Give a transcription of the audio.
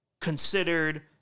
considered